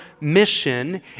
mission